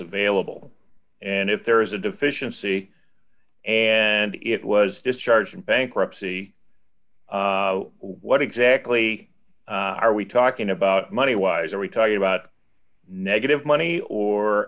available and if there is a deficiency and it was discharged in bankruptcy what exactly are we talking about money wise are we talking about negative money or